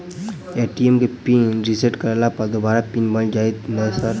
ATM केँ pin reset करला पर दोबारा पिन बन जाइत नै सर?